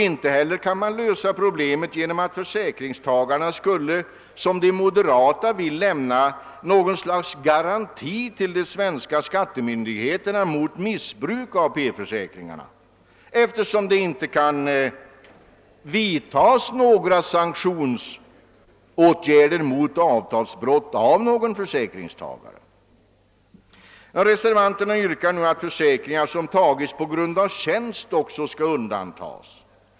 Inte heller kan man lösa problemet genom att försäkringstagarna skulle — som de moderata föreslår — lämna något slags garantier till de svenska skattemyndigheterna mot missbruk av P försäkringarna, eftersom några sanktionsåtgärder mot avtalsbrott av någon försäkringstagare inte kan vidtagas. Reservanterna yrkar nu att försäkringar som tagits på grund av tjänst också skall undantas.